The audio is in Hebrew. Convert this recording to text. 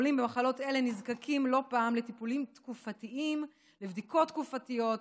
החולים במחלות אלה נזקקים לא פעם לטיפולים תקופתיים ולבדיקות תקופתיות,